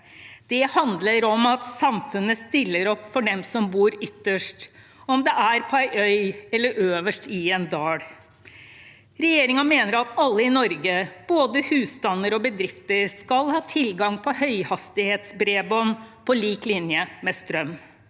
Det handler om at samfunnet stiller opp for dem som bor ytterst, om det er på en øy eller øverst i en dal. Regjeringen mener at alle i Norge, både husstander og bedrifter, skal ha tilgang til høyhastighetsbredbånd, på lik linje med strøm.